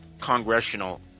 congressional